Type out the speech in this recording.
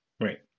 Right